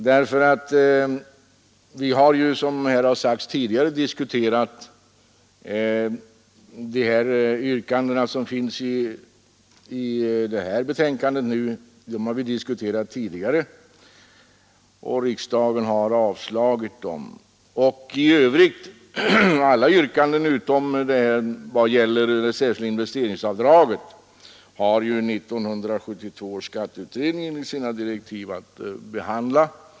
Vi har nämligen, som tidigare sagts, redan förut diskuterat de yrkanden som behandlas i detta betänkande, och de har då avslagits av riksdagen. Och alla yrkanden, utom det som gäller det särskilda investeringsavdraget, har 1972 års skatteutredning enligt sina direktiv att behandla.